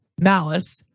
Malice